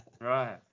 Right